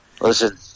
Listen